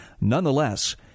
Nonetheless